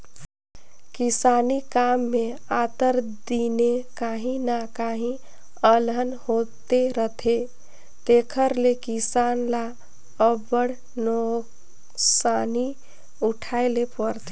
किसानी काम में आंतर दिने काहीं न काहीं अलहन होते रहथे तेकर ले किसान ल अब्बड़ नोसकानी उठाए ले परथे